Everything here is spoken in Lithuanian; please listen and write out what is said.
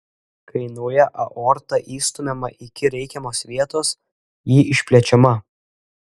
kai nauja aorta įstumiama iki reikiamos vietos ji išplečiama